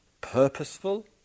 purposeful